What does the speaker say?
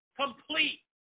complete